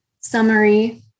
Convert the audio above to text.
summary